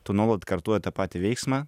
tu nuolat kartoji tą patį veiksmą